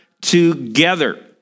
together